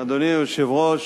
אדוני היושב-ראש,